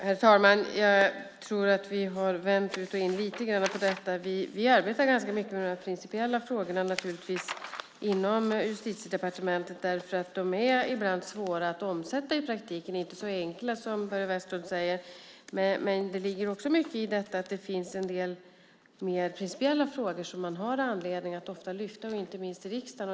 Herr talman! Jag tror att vi har vänt utochin lite grann på detta. Vi arbetar naturligtvis ganska mycket med dessa principiella frågor inom Justitiedepartementet därför att de ibland är svåra att omsätta i praktiken. De är inte så enkla som Börje Vestlund säger. Men det ligger också mycket i att det finns en del mer principiella frågor som man har anledning att ofta lyfta fram och inte minst i riksdagen.